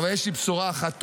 אבל יש לי בשורה אחת טובה,